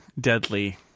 deadly